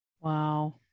Wow